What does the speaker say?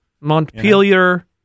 montpelier